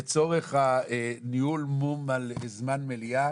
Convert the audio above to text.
לצורך ניהול מו"מ על זמן מליאה,